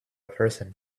person